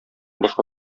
башка